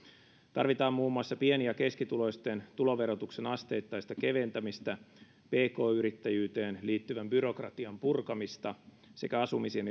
tarvitaan muun muassa pieni ja keskituloisten tuloverotuksen asteittaista keventämistä pk yrittäjyyteen liittyvän byrokratian purkamista sekä asumisen